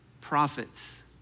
prophets